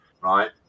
right